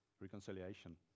Reconciliation